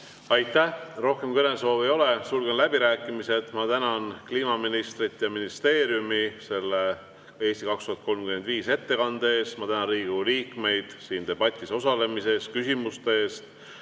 Aitäh! Rohkem kõnesoove ei ole, sulgen läbirääkimised. Ma tänan kliimaministrit ja ministeeriumi selle "Eesti 2035" ettekande eest. Ma tänan Riigikogu liikmeid siin debatis osalemise eest, küsimuste eest.